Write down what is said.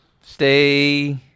stay